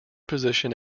position